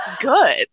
good